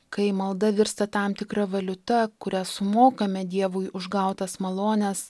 kai malda virsta tam tikra valiuta kurią sumokame dievui už gautas malones